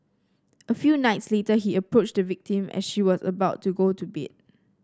a few nights later he approached the victim as she was about to go to bed